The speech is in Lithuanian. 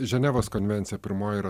ženevos konvencija pirmoji yra